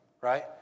Right